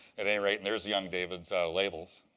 at any rate, and there's young david's labels.